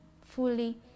fully